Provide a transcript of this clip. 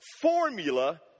formula